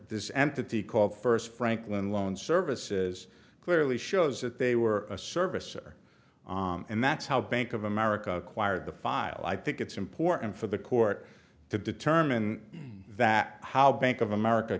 this entity called first franklin loan services clearly shows that they were a service or and that's how bank of america acquired the file i think it's important for the court to determine that how bank of america